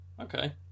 Okay